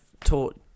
taught